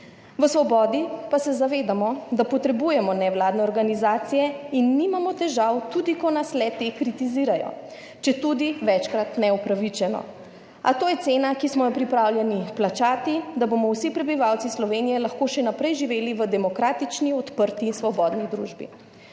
V Svobodi pa se zavedamo, da potrebujemo nevladne organizacije in nimamo težav tudi, ko nas le te kritizirajo, četudi večkrat neupravičeno, a to je cena, ki smo jo pripravljeni plačati, da bomo vsi prebivalci Slovenije lahko še naprej živeli v demokratični, odprti in svobodni družbi.